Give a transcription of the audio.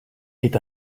est